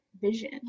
vision